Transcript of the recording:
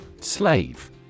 Slave